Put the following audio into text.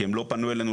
כי הם לא פנו אלינו.